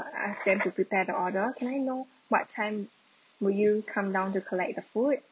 I've sent to prepare the order can I know what time will you come down to collect the food